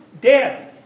dead